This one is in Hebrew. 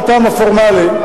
בטעם הפורמלי,